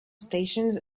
stations